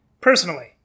Personally